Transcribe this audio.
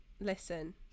listen